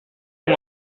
con